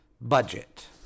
budget